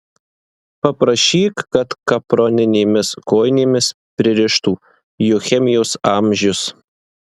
paprašyk kad kaproninėmis kojinėmis pririštų juk chemijos amžius